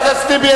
חבר הכנסת טיבי,